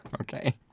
Okay